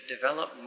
develop